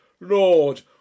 Lord